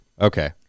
Okay